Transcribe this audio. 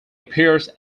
appears